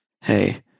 Hey